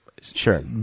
sure